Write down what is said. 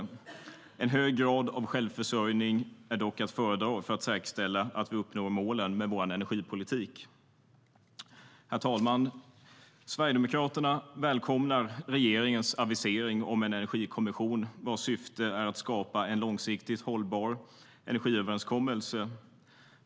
En hög grad av självförsörjning är dock att föredra för att säkerställa att vi uppnår målen med vår energipolitik. Herr talman! Sverigedemokraterna välkomnar regeringens avisering om en energikommission vars syfte är att skapa en långsiktigt hållbar energiöverenskommelse.